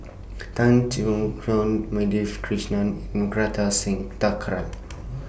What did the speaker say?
Tan Choon Keong Madhavi Krishnan and Kartar Singh Thakral